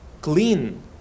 clean